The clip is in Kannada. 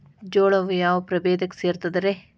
ಜೋಳವು ಯಾವ ಪ್ರಭೇದಕ್ಕ ಸೇರ್ತದ ರೇ?